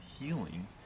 healing